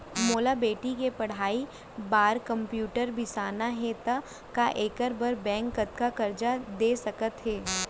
मोला बेटी के पढ़ई बार कम्प्यूटर बिसाना हे त का एखर बर बैंक कतका करजा दे सकत हे?